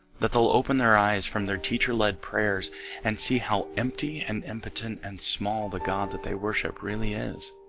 that they'll open their eyes from their teacher. led prayers and see how empty and impotent and small the god that they worship really is